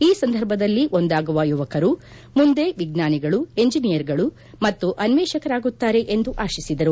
ಈ ಸಂದರ್ಭದಲ್ಲಿ ಒಂದಾಗುವ ಯುವಕರು ಮುಂದೆ ವಿಜ್ಞಾನಿಗಳು ಎಂಜಿನಿಯರ್ಗಳು ಮತ್ತು ಅನ್ವೇಷಕರಾಗುತ್ತಾರೆ ಎಂದು ಅವರು ಆಶಿಸಿದರು